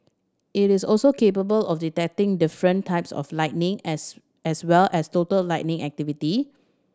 it is also capable of detecting different types of lightning as as well as total lightning activity